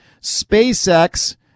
SpaceX